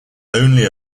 only